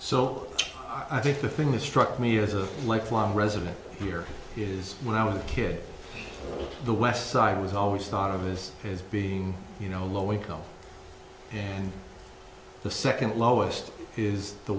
so i think the thing that struck me as a lifelong resident here is when i was a kid the west side was always thought of as has being you know low income and the second lowest is the